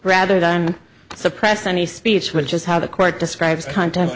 rather than suppress any speech which is how the court describes conte